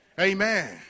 Amen